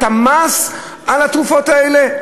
מס על התרופות האלה.